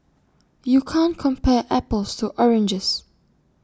you can't compare apples to oranges